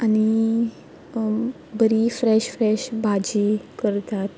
आनी बरी fresh fresh भाजी करतात